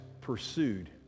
pursued